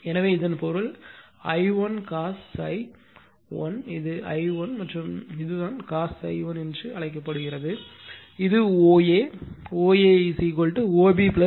எனவே இதன் பொருள் I1 cos ∅ 1 இது I1 மற்றும் இதுதான் cos ∅ 1 என்று அழைக்கப்படுகிறது இது OA OA OB BA